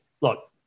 look